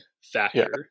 factor